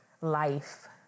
life